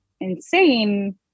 insane